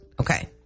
Okay